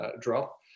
drop